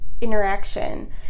interaction